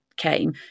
came